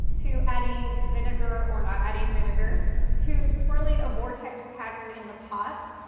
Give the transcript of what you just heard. to adding vinegar or not adding vinegar to swirling a vortex pattern in the pot,